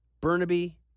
Burnaby